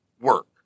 work